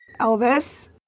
Elvis